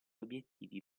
obbiettivi